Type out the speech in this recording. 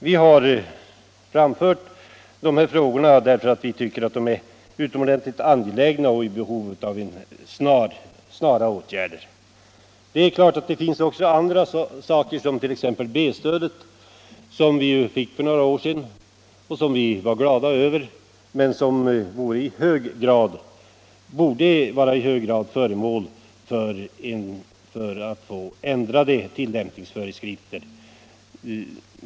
Vi har tagit upp dessa saker därför att vi tycker att de är angelägna och snabbt måste åtgärdas. Det finns också andra åtgärder som behöver vidtas. T. ex. B-stödet, som vi fick för några år sedan och som vi var glada över, är i hög grad i behov av ändrade tillämpningsföreskrifter.